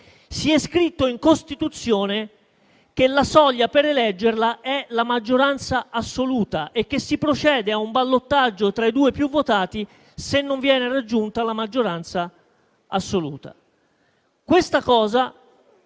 è scritto in Costituzione che la soglia per eleggerla è la maggioranza assoluta e che si procede a un ballottaggio tra i due candidati più votati se non viene raggiunta la maggioranza assoluta. Questa cosa